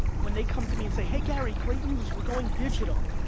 when they come to me and say, hey gary, great news, we're going digital.